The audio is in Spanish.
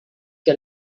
que